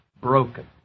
broken